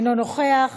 אינו נוכח,